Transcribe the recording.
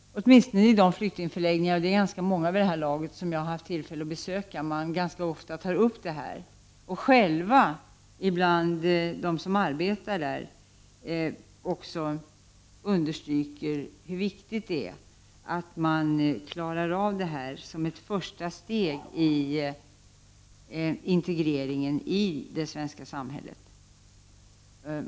Åtminstone i de flyktingförläggningar som jag har haft tillfälle att besöka — och det är ganska många vid det här laget — har man ofta tagit upp frågan. De som arbetar själva i förläggningarna understryker hur viktigt det är att man klarar av denna information som ett första steg i integreringen i det svenska samhället.